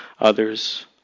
others